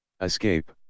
Escape